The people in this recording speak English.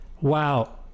Wow